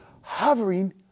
hovering